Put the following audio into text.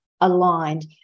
aligned